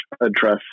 address